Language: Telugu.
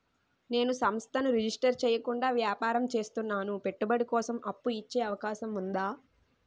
నేను సంస్థను రిజిస్టర్ చేయకుండా వ్యాపారం చేస్తున్నాను పెట్టుబడి కోసం అప్పు ఇచ్చే అవకాశం ఉందా?